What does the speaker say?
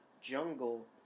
jungle